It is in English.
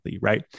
right